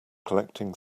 collecting